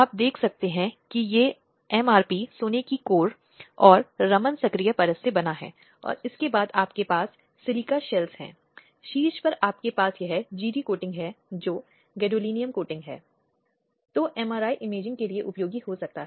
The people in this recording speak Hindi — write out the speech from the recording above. इसलिए ये विशेष रूप से भारतीय सामाजिक हालात में उदाहरण हैं और इसलिए इसे 2013 के संशोधन अधिनियम के तहत अपराध घोषित किया गया है